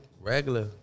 regular